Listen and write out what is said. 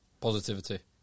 Positivity